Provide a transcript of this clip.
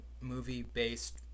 movie-based